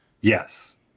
Yes